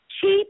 cheap